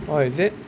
orh is it